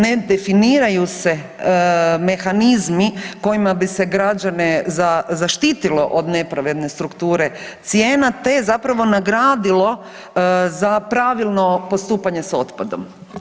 Ne definiraju se mehanizmi kojima bi se građane zaštitilo od nepravedne strukture cijena te zapravo nagradilo za pravilno postupanje s otpadom.